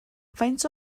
faint